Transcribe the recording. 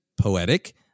poetic